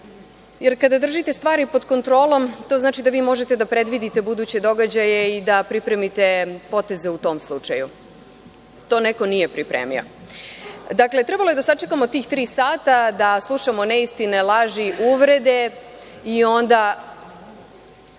jer kada držite stvari pod kontrolom to znači da vi možete da predvidite buduće događaje i da pripremite poteze u tom slučaju. To neko nije pripremio. Dakle, trebalo je da sačekamo tih tri sata, da slušamo neistine, laži, uvrede i onda